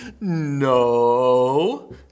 No